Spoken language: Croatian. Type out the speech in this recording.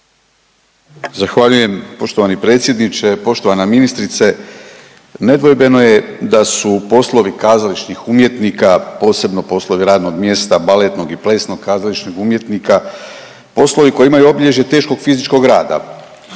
Zahvaljujem poštovani predsjedniče. Poštovana ministrice, nedvojbeno je da su poslovi kazališnih umjetnika, posebno poslovi radnog mjesta baletnog i plesnog kazališnog umjetnika poslovi koji imaju obilježje teškog fizičkog rada.